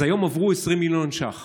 אז היום הועברו 20 מיליון ש"ח